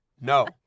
no